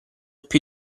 più